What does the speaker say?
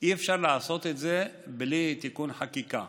אי-אפשר לעשות את זה בלי תיקון חקיקה.